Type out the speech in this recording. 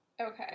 okay